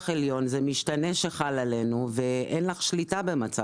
עליון זה משתנה שחל עלינו ובמצב כזה אין לך שליטה.